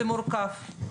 זה מורכב,